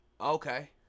Okay